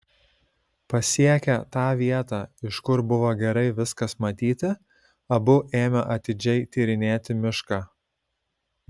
pasiekę tą vietą iš kur buvo gerai viskas matyti abu ėmė atidžiai tyrinėti mišką